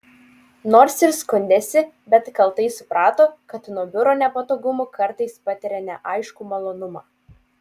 nors ir skundėsi bet kaltai suprato kad nuo biuro nepatogumų kartais patiria neaiškų malonumą